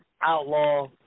Outlaw